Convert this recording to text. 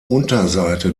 unterseite